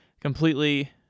Completely